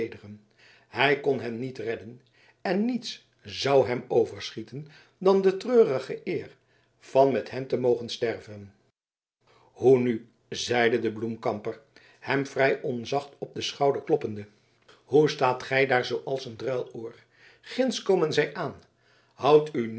hij kon hen niet redden en niets zou hem overschieten dan de treurige eer van met hen te mogen sterven hoe nu zeide de bloemkamper hem vrij onzacht op den schouder kloppende hoe staat gij daar zooals een druiloor ginds komen zij aan houd u